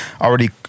already